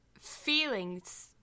feelings